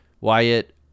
Wyatt